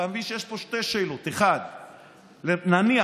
אתה מבין שיש פה שתי שאלות: 1. נניח